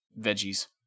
veggies